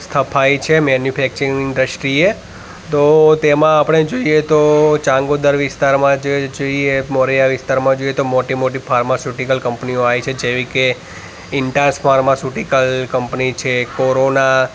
સ્થપાઇ છે મેન્યુફેક્ચરિંગની દૃષ્ટિએ તો તેમાં આપણે જોઈએ તો ચાંગોદર વિસ્તારમાં જે જોઈએ મોરૈયા વિસ્તારમાં જોઈએ તો મોટી મોટી ફાર્માસુટિકલ કંપનીઓ આવી છે જેવી કે ઇન્ટાસ ફાર્માસુટિકલ કંપની છે કોરોના